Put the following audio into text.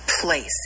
place